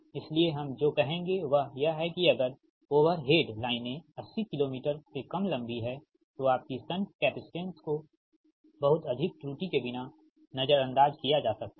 इसलिए हम जो कहेंगे वह यह है कि अगर ओवरहेड लाइन 80 किलो मीटर से कम लंबी हैं तो आपकी शंट कैपेसिटेंस को बहुत अधिक त्रुटि के बिना नज़रअंदाज़ किया जा सकता है